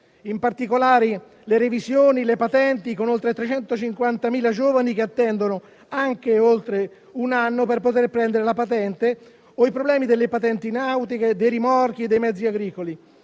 in particolare, alle revisioni e alle patenti, con oltre 350.000 giovani che attendono anche oltre un anno per poter prendere la patente, nonché i problemi connessi alle patenti nautiche, dei rimorchi e dei mezzi agricoli.